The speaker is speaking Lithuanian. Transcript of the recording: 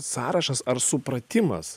sąrašas ar supratimas